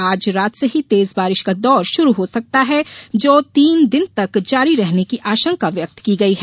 आज रात से ही तेज बारिश का दौर शुरू हो सकता है जो तीन दिन तक जारी रहने की आशंका व्यक्त की गयी है